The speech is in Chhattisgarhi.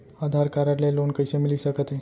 आधार कारड ले लोन कइसे मिलिस सकत हे?